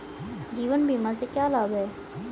जीवन बीमा से क्या लाभ हैं?